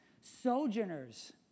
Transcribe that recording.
sojourners